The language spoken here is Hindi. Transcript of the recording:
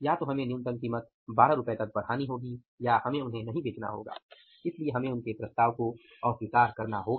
या तो उन्हें न्यूनतम कीमत 12 रु तक बढ़ानी होगी या हमें उन्हें नहीं बेचना होगा इसलिए हमें उनके प्रस्ताव को अस्वीकार करना होगा